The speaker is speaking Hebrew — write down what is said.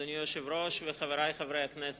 אדוני היושב-ראש וחברי חברי הכנסת.